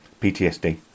ptsd